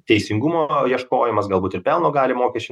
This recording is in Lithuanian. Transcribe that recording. teisingumo ieškojimas galbūt ir pelno gali mokesčiai